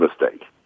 mistake